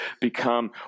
become